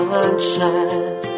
Sunshine